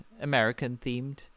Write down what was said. American-themed